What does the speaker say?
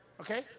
okay